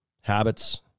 Habits